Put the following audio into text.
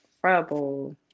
trouble